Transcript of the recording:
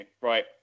Right